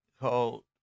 called